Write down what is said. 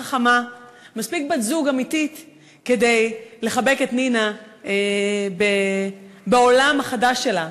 מספיק בת-זוג אמיתית כדי לחבק את נינה בעולם החדש שלה,